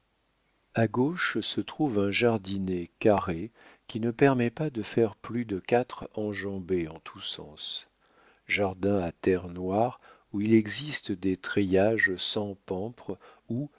a gauche se trouve un jardinet carré qui ne permet pas de faire plus de quatre enjambées en tout sens jardin à terre noire où il existe des treillages sans pampres où